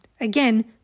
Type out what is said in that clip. Again